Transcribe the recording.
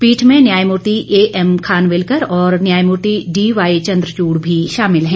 पीठ में न्यायमूर्ति ए एम खानविलकर और न्यायमूर्ति डी वाई चन्द्रचूड भी शामिल हैं